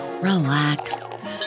relax